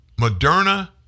Moderna